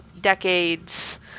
decades